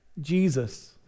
Jesus